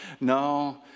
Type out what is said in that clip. No